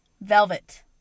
Velvet